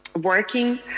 working